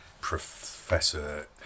professor